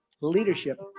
leadership